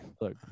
Look